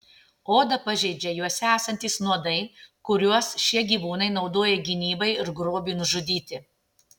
odą pažeidžia juose esantys nuodai kuriuos šie gyvūnai naudoja gynybai ir grobiui nužudyti